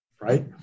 right